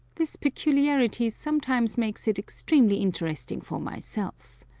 this peculiarity sometimes makes it extremely interesting for myself.